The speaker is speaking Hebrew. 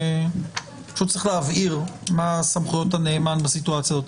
צריך להבהיר מה סמכויות הנאמן בסיטואציה הזאת.